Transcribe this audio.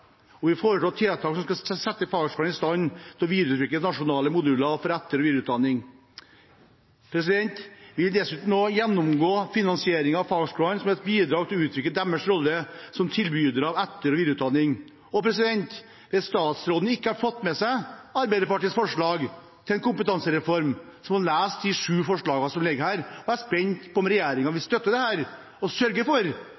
og vi foreslår tiltak som skal sette fagskolene i stand til å videreutvikle nasjonale moduler for etter- og videreutdanning. Vi vil dessuten gjennomgå finansieringen av fagskolene som et bidrag til å utvikle deres rolle som tilbydere av etter- og videreutdanning. Hvis statsråden ikke har fått med seg Arbeiderpartiets forslag til en kompetansereform, må han lese de sju forslagene som ligger her. Jeg er spent på om regjeringen vil støtte dette og sørge for